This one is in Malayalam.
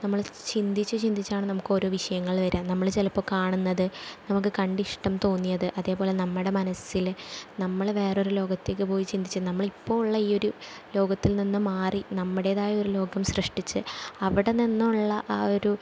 നമ്മൾ ചിന്തിച്ച് ചിന്തിച്ചാണ് നമുക്ക് ഓരോ വിഷയങ്ങൾ വരിക നമ്മൾ ചിലപ്പോൾ കാണുന്നത് നമ്മൾക്ക് കണ്ട് ഇഷ്ടം തോന്നിയത് അതെ പോലെ നമ്മുടെ മനസ്സിലെ നമ്മൾ വേറൊരു ലോകത്തേക്ക് പോയി ചിന്തിച്ച് നമ്മൾ ഇപ്പോൾ ഉള്ള ഈയൊരു ലോകത്തിൽ നിന്ന് മാറി നമ്മുടേതായ ഒരു ലോകം സൃഷ്ടിച്ച് അവിടെ നിന്നുള്ള ആ ഒരു